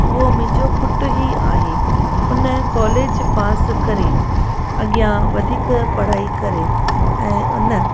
उहो मुंहिंजो पुटु ई आहे उन कॉलेज पास करे अॻियां वधीक पढ़ाई करे ऐं उन